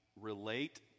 relate